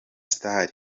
star